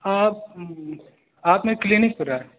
آپ آپ میری کلینک پر آئیں